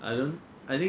if we